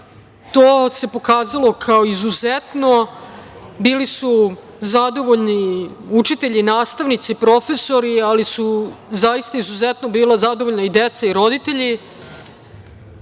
To se pokazalo kao izuzetno. Bili su zadovoljni učitelji, nastavnici, profesori, ali su zaista izuzetno bila zadovoljna i deca i roditelji